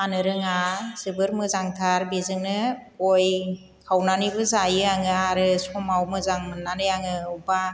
खानो रोङा जोबोद मोजांथार बेजोंनो गय खावनानैबो जायो आङो आरो समाव मोजां मोननानै आङो अबेबा